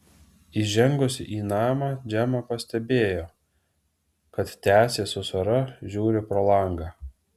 įžengusi į namą džemą pastebėjo kad tęsė su sara žiūri pro langą